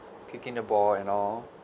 kicking a ball and all